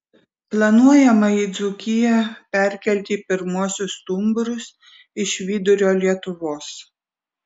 planuojama į dzūkiją perkelti pirmuosius stumbrus iš vidurio lietuvos